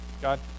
God